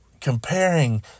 comparing